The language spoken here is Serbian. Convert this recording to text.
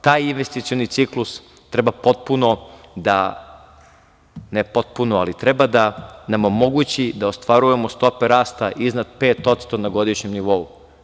Taj investicioni ciklus treba potpuno, ne potpuno, ali treba da nam omogući da ostvarujemo stope raste ispod 5% na godišnjem nivou.